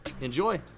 Enjoy